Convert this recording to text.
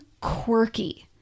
Quirky